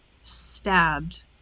stabbed